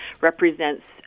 represents